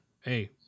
hey